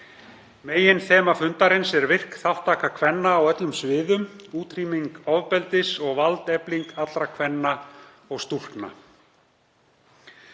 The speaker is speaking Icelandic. Meginþema fundarins er virk þátttaka kvenna á öllum sviðum, útrýming ofbeldis og valdefling allra kvenna og stúlkna.